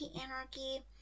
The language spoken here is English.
anarchy